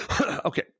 Okay